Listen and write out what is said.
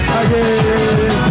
again